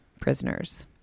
prisoners